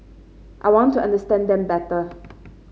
I want to understand them better